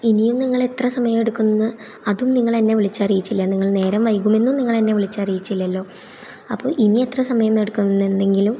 ഇനിയും നിങ്ങളെത്ര സമയം എടുക്കുംന്ന് അതും നിങ്ങളന്നെ വിളിച്ചറിയിച്ചില്ല നിങ്ങൾ നേരം വൈകുമെന്നും നിങ്ങൾ എന്നെ വിളിച്ചറിയിച്ചില്ലല്ലോ അപ്പോൾ ഇനി എത്ര സമയം എടുക്കും എന്നെന്തെങ്കിലും